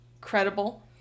credible